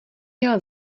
jel